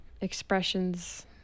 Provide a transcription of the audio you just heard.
expressions